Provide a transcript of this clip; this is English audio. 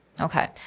Okay